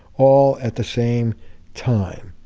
all at the same time.